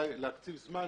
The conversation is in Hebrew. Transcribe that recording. לקצוב זמן,